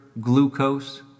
glucose